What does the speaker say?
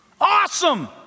Awesome